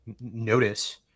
notice